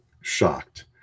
shocked